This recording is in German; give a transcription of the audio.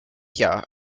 jahr